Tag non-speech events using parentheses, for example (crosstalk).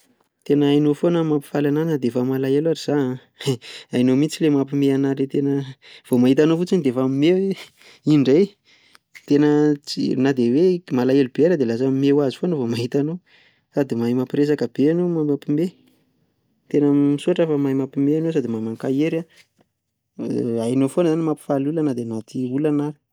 Tena hainao foana ny mampifaly an'ahy na dia efa malahelo ary zaho an, (laughs) hainao mihintsy ilay mampihomehy an'ahy ilay tena. vao mahita anao fotsiny dia efa mihomehy hoe iny indray, (laughs) tena tsy hoe na dia malahelo be ary dia lasa mihomehy hoazy foana raha vao mahita anao, sady mahay mampiresaka be enao no mahay mampihome. tena misaotra fa mahay mampihomehy ianao sady mahay mankahery, hainao foana izany no mampifaly olona na dia anaty olana ary.